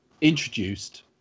introduced